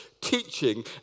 teaching